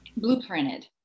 blueprinted